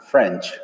French